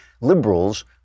liberals